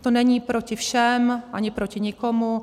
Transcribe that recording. To není proti všem ani proti nikomu.